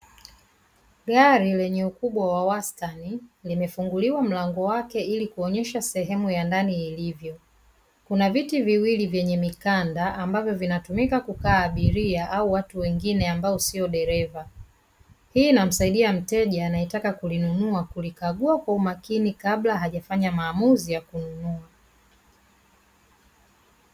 Gari lenye ukubwa wa wastani, limefunguliwa mlango wake ili kuonyesha sehemu ya ndani ilivyo. Kuna vitu viwili vyenye mikanda; ambavyo vinatumika kukaa abiria au watu wengine ambao sio dereva. Hii inamsaidia mteja anayetaka kulinunua kulikagua kwa umakini kabla hajafanya maamuzi ya kununua.